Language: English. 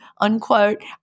unquote